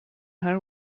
her